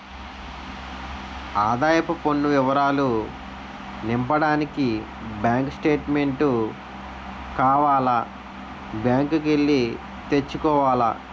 ఆదాయపు పన్ను వివరాలు నింపడానికి బ్యాంకు స్టేట్మెంటు కావాల బ్యాంకు కి ఎల్లి తెచ్చుకోవాల